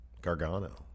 Gargano